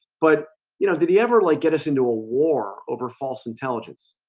but you know, did he ever like get us into a war over false intelligence?